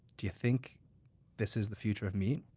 do you think this is the future of meat?